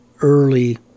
early